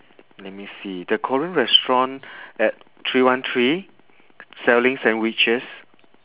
let me see the korean restaurant at three one three selling sandwiches